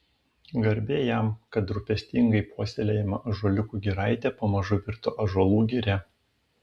garbė jam kad rūpestingai puoselėjama ąžuoliukų giraitė pamažu virto ąžuolų giria